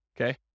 okay